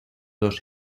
dos